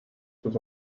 sus